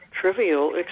trivial